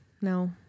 no